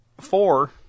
four